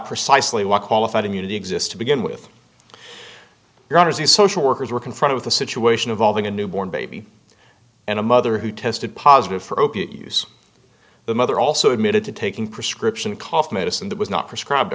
precisely what qualified immunity exist to begin with your honor's the social workers work in front of the situation of all the newborn baby and a mother who tested positive for opiate use the mother also admitted to taking prescription cough medicine that was not prescribe to